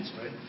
right